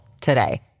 today